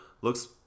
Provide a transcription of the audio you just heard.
looks